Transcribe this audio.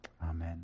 Amen